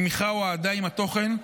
תמיכה או אהדה עם התוכן,